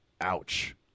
ouch